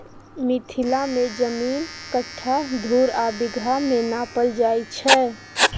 मिथिला मे जमीन कट्ठा, धुर आ बिगहा मे नापल जाइ छै